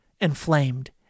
inflamed